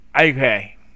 Okay